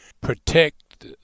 protect